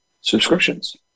subscriptions